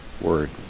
Word